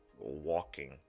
walking